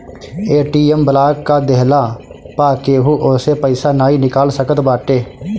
ATM block कअ देहला पअ केहू ओसे पईसा नाइ निकाल सकत बाटे